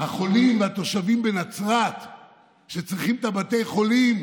החולים והתושבים בנצרת שצריכים את בתי החולים.